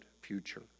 future